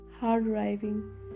hard-driving